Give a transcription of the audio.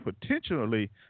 potentially